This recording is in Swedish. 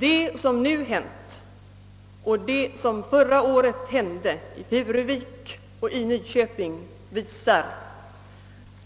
Det som nu hänt och det som förra året hände i Furuvik och Nyköping visar